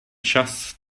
čas